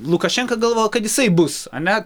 lukašenka galvoja kad jisai bus ane